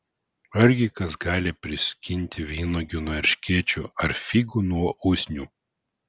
argi kas gali priskinti vynuogių nuo erškėčių ar figų nuo usnių